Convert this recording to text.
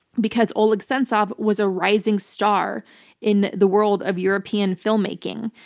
because oleg sentsov was a rising star in the world of european filmmaking.